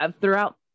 throughout